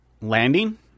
landing